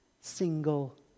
single